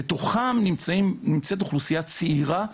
בתוכם נמצאת אוכלוסייה צעירה,